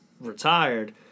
retired